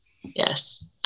Yes